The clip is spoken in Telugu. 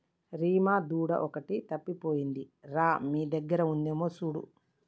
రీమా దూడ ఒకటి తప్పిపోయింది రా మీ దగ్గర ఉందేమో చూడు